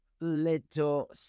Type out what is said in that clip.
little